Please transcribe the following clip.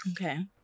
okay